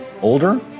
Older